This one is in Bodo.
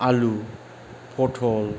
आलु पथल